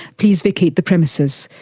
please vacate the premises.